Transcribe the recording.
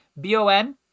B-O-N